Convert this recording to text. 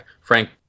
frank